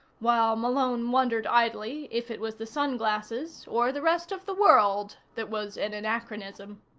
while malone wondered idly if it was the sunglasses, or the rest of the world, that was an anachronism.